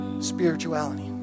spirituality